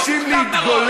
ואתם לא מתביישים להתגולל?